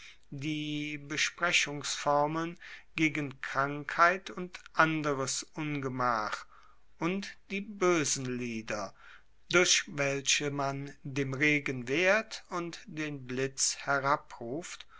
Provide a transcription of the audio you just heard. die besprechungsformeln gegen krankheiten und anderes ungemach und die boesen lieder durch welche man dem regen wehrt und den blitz